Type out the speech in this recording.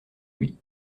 lui